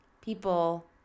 people